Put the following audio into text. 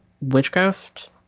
witchcraft